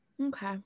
okay